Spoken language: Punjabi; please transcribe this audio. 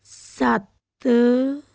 ਸੱਤ